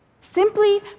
Simply